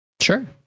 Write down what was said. Sure